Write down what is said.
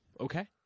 Okay